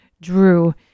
drew